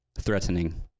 Threatening